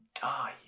die